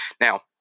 Now